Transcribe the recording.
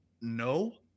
no